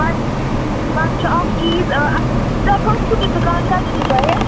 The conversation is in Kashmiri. وۅَنۍ وۅَنۍ چھُ اَکھ چیٖز تۄہہِ کَوت چھُو یہِ دُکان کَتہ چھُو تۄہہِ